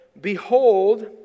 behold